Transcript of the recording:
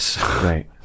right